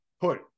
put